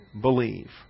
Believe